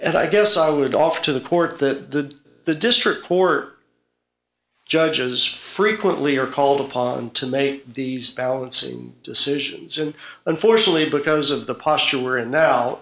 and i guess i would offer to the court that the district court judges frequently are called upon to make these balancing decisions and unfortunately because of the posture we're in now